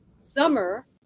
summer